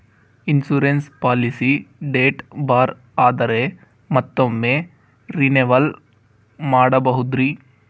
Insurance policy date ಬಾರ್ ಆದರೆ ಮತ್ತೊಮ್ಮೆ ರಿನಿವಲ್ ಮಾಡಬಹುದ್ರಿ?